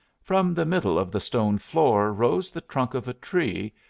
from the middle of the stone floor rose the trunk of a tree,